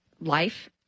life